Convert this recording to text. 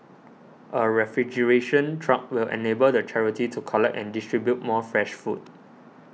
a refrigeration truck will enable the charity to collect and distribute more fresh food